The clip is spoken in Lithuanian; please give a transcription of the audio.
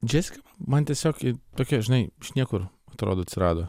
džesika man tiesiog ji tokia žinai iš niekur atrodo atsirado